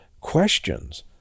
questions